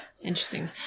Interesting